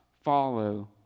follow